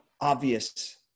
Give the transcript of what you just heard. obvious